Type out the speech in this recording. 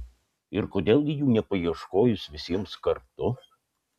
ir kodėl gi jų nepaieškojus visiems kartu